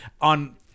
on